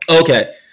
Okay